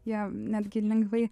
ją netgi lengvai